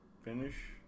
Finish